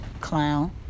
clown